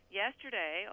yesterday